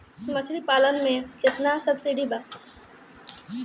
मछली पालन मे केतना सबसिडी बा?